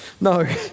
No